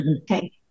Okay